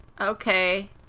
Okay